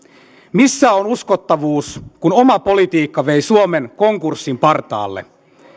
missä on uskottavuus kun oma politiikka vei suomen konkurssin partaalle